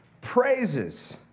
praises